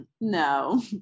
no